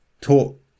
taught